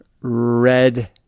Red